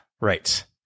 right